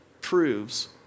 proves